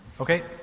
Okay